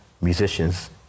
Musician's